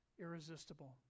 irresistible